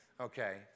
Okay